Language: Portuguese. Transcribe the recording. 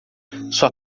sua